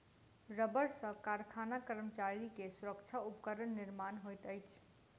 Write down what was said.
रबड़ सॅ कारखाना कर्मचारी के सुरक्षा उपकरण निर्माण होइत अछि